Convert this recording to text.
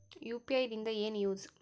UPI ದಿಂದ ಏನು use?